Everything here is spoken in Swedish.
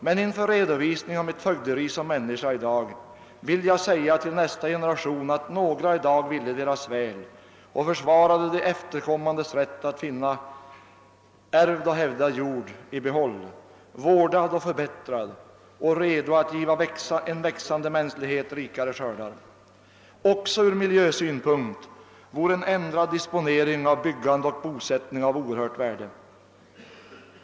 Men inför redovisningen av mitt fögderi som människa vill jag säga till nästa generation att några i dag ville deras väl och försvarade deras rätt att finna ärvd och hävdad jord i behåll, vårdad och förbättrad och redo att ge en växande mänsklighet rikare skördar. Också från miljösynpunkt vore en ändrad disponering av byggande och bosättning av ett oerhört stort värde.